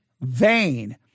vain